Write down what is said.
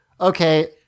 okay